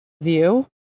view